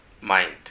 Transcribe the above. mind